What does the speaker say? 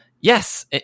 yes